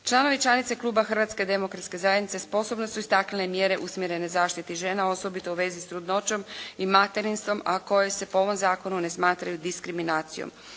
Članovi i članice kluba Hrvatske demokratske zajednice posebno su istaknuli mjere usmjerene zaštiti žena osobito u vezi s trudnoćom i materinstvom, a koje se po ovom zakonu ne smatraju diskriminacijom.